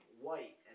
white